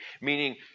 meaning